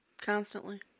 constantly